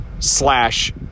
slash